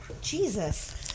Jesus